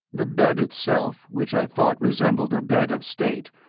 the bed itself, which i thought resembled a bed of state,